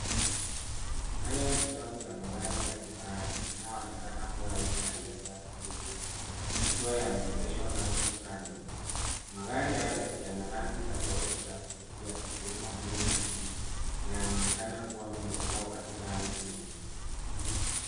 Haya ni safu ya magari ya kifahari yanayoonekana kua aina ya Lexus UX yakiwa yameegeshwa kando kando, magari hayo yana rangi tofauti za kuvutia zikiwemo buluu na kijivu na yanaonekana kua mpya au katika hali nzuri.